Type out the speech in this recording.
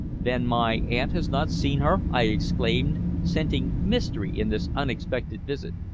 then my aunt has not seen her? i exclaimed, scenting mystery in this unexpected visit.